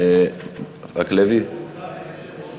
אולי היושב-ראש יורה